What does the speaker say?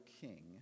king